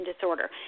disorder